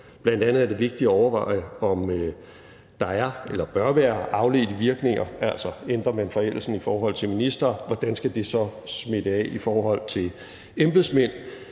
Bl.a. er det vigtigt at overveje, om der er eller bør være afledte virkninger, altså, ændrer man forældelsen i forhold til ministre, hvordan skal det så smitte af i forhold til embedsmænd?